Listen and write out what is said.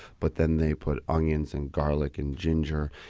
but then they put onions, and garlic, and ginger,